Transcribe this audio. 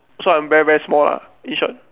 so I'm very very small lah in short